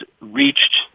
reached